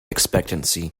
expectancy